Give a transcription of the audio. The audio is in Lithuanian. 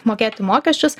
mokėti mokesčius